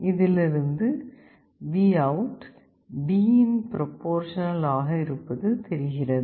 இதிலிருந்து VOUT D இன் proportional ஆக இருப்பது தெரிகிறது